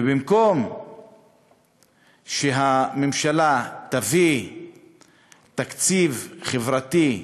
ובמקום שהממשלה תביא תקציב חברתי,